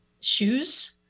shoes